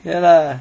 ya lah